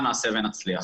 נעשה ונצליח.